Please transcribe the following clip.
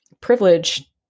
privilege